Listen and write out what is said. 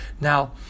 Now